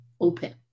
open